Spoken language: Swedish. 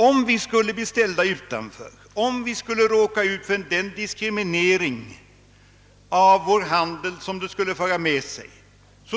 Om vi skulle bli ställda utanför och råka ut för den diskriminering av vår handel som det skulle föra med sig,